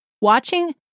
watching